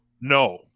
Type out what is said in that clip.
No